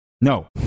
no